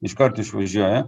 iškart išvažiuoja